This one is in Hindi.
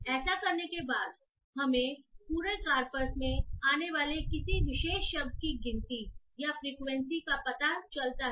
ऐसा करने के बाद हमें पूरे कार्पस में आने वाले किसी विशेष शब्द की गिनती या फ्रीक्वेंसी का पता चलता है